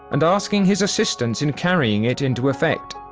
and asking his assistance in carrying it into effect.